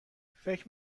فکر